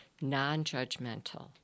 non-judgmental